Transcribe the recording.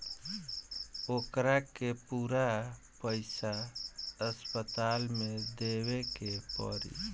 ओकरा के पूरा पईसा अस्पताल के देवे के पड़ी